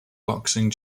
boxing